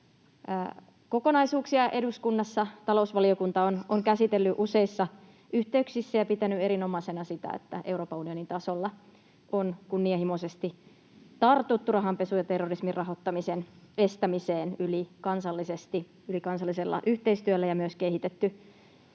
kokonaisuuksia eduskunnassa talousvaliokunta on käsitellyt useissa yhteyksissä ja pitänyt erinomaisena sitä, että Euroopan unionin tasolla on kunnianhimoisesti tartuttu rahanpesun ja terrorismin rahoittamisen estämiseen ylikansallisella yhteistyöllä ja myös kehitetty